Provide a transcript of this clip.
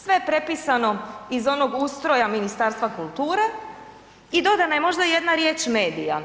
Sve je prepisano iz onog ustroja Ministarstva kulture i dodana je možda jedna riječ medija.